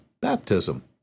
baptism